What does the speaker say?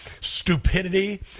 stupidity